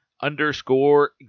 underscore